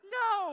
no